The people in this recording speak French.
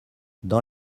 dans